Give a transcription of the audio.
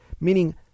meaning